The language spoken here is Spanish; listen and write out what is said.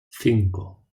cinco